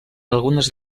algunes